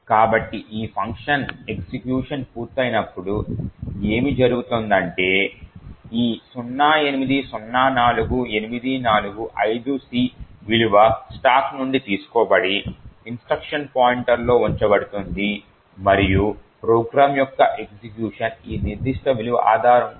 కాబట్టి ఈ function execution పూర్తయినప్పుడు ఏమి జరుగుతుందంటే ఈ 0804845C విలువ స్టాక్ నుండి తీసుకోబడి ఇన్స్ట్రక్షన్ పాయింటర్లో ఉంచబడుతుంది మరియు ప్రోగ్రామ్ యొక్క ఎగ్జిక్యూషన్ ఈ నిర్దిష్ట విలువ ఆధారంగా కొనసాగుతుంది